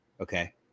Okay